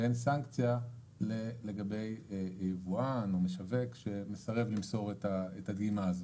ואין סנקציה לגבי יבואן או משווק שמסרב למסור את הדגימה הזאת.